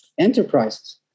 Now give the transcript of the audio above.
enterprises